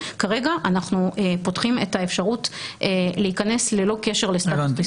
כרגע אנחנו פותחים את האפשרות להיכנס ללא קשר לסטטוס חיסוני,